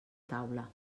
taula